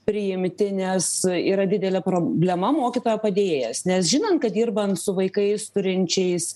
priimti nes yra didelė problema mokytojo padėjėjas nes žinant kad dirbant su vaikais turinčiais